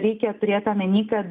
reikia turėt omeny kad